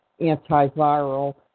antiviral